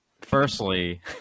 firstly